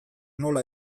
nola